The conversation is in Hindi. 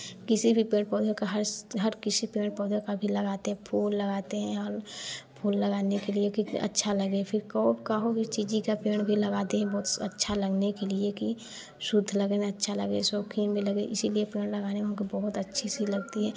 किसी भी पेड़ पौधों के हर्स हर किसी पेड़ पौधों का भी लगाते हैं फूल लगाते हैं और फूल लगाने के लिए क्योंकि अच्छा लगे फ़िर कोह कहों भी चीजी का पेड़ भी लगाते है बहुत से अच्छा लगने के लिए कि शुद्ध लगे अच्छा लगे शौक़ीन भी लगे इसीलिए पेड़ लगाने में हमको बहुत अच्छी सी लगती है